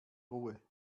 ruhe